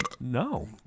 No